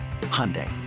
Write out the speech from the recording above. Hyundai